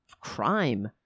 crime